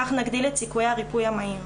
כך נגדיל את סיכויי הריפוי המהיר.